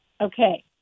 Okay